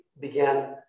began